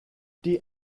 die